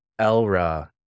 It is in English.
Elra